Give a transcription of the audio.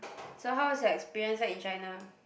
so how's your experience like in China